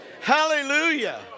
Hallelujah